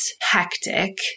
hectic